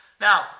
Now